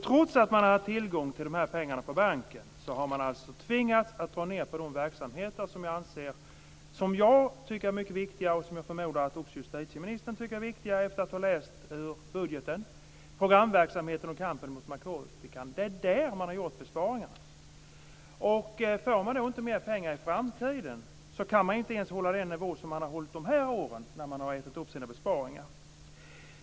Trots att man har tillgång till pengarna på banken, har man tvingats dra ned på de verksamheter som jag tycker är viktiga och som jag förmodar, efter att ha läst budgeten, också justitieministern tycker är viktiga, dvs. programverksamheten och kampen mot narkotikan. Det är där som besparingarna har gjorts. Får man inte mer pengar i framtiden kan man inte, när man har ätit upp besparingarna, hålla den nivå som har hållits dessa år.